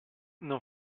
non